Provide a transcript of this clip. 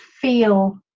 feel